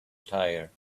tire